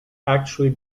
actually